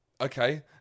okay